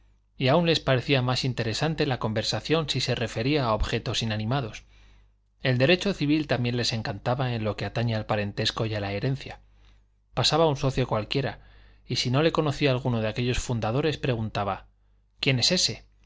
y aún les parecía más interesante la conversación si se refería a objetos inanimados el derecho civil también les encantaba en lo que atañe al parentesco y a la herencia pasaba un socio cualquiera y si no le conocía alguno de aquellos fundadores preguntaba quién es ese